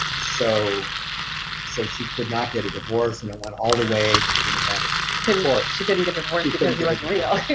so so she could not get a divorce and it went all the way to the nevada so supreme court. she couldn't get a divorce because he wasn't real.